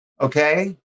Okay